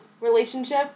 relationship